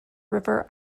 river